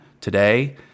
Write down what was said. today